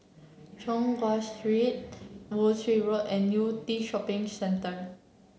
Choon Guan Street Woolwich Road and Yew Tee Shopping Centre